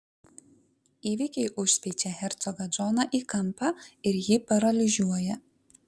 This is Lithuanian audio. įvykiai užspeičia hercogą džoną į kampą ir jį paralyžiuoja